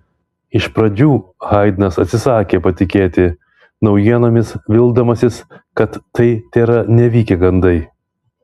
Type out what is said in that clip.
iš pradžių haidnas atsisakė patikėti naujienomis vildamasis kad tai tėra nevykę gandai